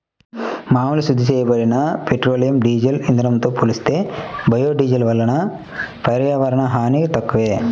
మామూలు శుద్ధి చేయబడిన పెట్రోలియం, డీజిల్ ఇంధనంతో పోలిస్తే బయోడీజిల్ వలన పర్యావరణ హాని తక్కువే